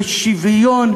ושוויון,